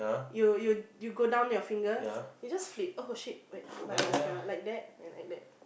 you you go down your finger you just flip oh shit wait my mascara like that and like that